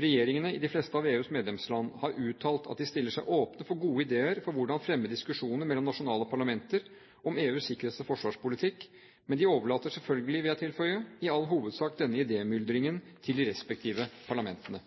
Regjeringene i de fleste av VEUs medlemsland har uttalt at de stiller seg åpne for gode ideer til hvordan fremme diskusjoner mellom nasjonale parlamenter om EUs sikkerhets- og forsvarspolitikk, men de overlater – selvfølgelig, vil jeg tilføye – i all hovedsak denne idémyldringen til de respektive parlamentene.